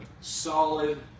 solid